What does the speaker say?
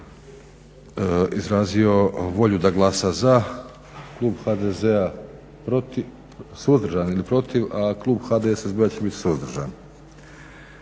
SDP-a izrazio volju da glasa za klub HDZ-a protiv, suzdržan ili protiv, a klub HDSSB-a će biti suzdržan.